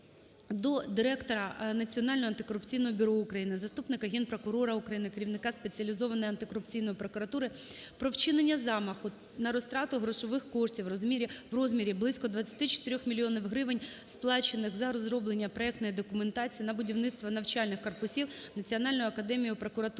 до директора Національного антикорупційного бюро України, заступника Генпрокурора України - керівника Спеціалізованої антикорупційної прокуратури про вчинення замаху на розтрату грошових коштів у розмірі близько 24 мільйонів гривень, сплачених за розроблення проектної документації на будівництво навчальних корпусів Національною академією прокуратури